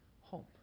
home